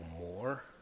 more